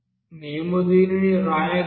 మేము దీనిని వ్రాయగలము